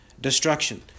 Destruction